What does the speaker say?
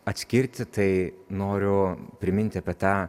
atskirti tai noriu priminti apie tą